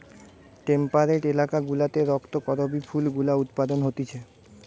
temperate এলাকা গুলাতে রক্ত করবি ফুল গুলা উৎপাদন হতিছে